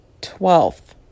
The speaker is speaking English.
twelfth